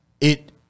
it-